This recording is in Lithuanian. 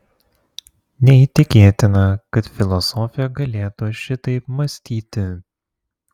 neįtikėtina kad filosofė galėtų šitaip mąstyti